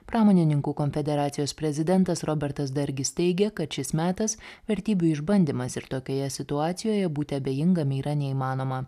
pramonininkų konfederacijos prezidentas robertas dargis teigia kad šis metas vertybių išbandymas ir tokioje situacijoje būti abejingam yra neįmanoma